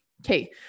Okay